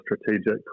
strategic